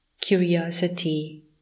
curiosity